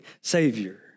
Savior